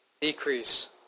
decrease